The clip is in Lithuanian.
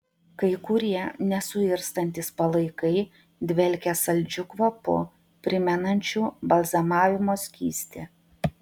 kai kurie nesuirstantys palaikai dvelkia saldžiu kvapu primenančiu balzamavimo skystį